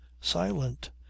silent